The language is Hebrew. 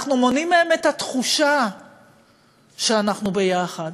אנחנו מונעים מהם את התחושה שאנחנו יחד.